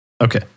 okay